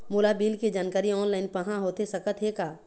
मोला बिल के जानकारी ऑनलाइन पाहां होथे सकत हे का?